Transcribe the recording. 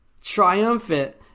Triumphant